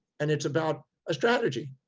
and it's about a strategy.